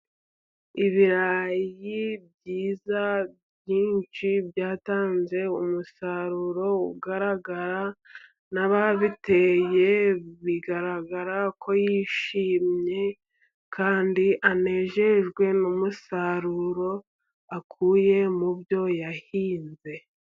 Ibirayi byiza byinshi byatanze umusaruro ugaragara, n'ababiteye bigaragarako bishimye kandi banejejwe n'umusaruro bakuye mu byo bahinze.